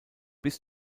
bis